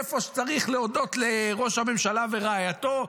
איפה שצריך להודות לראש הממשלה ולרעייתו?